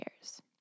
years